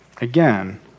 Again